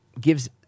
gives